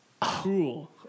Cool